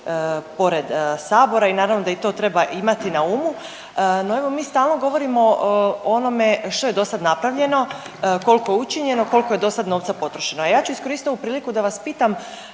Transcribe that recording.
pored sabora i naravno da i to treba imati na umu. No, evo mi stalno govorimo o onome što je dosad napravljeno, koliko je učinjeno, koliko je dosad novca potrošeno, a ja ću iskoristiti ovu priliku da vas pitam